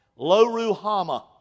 Loruhama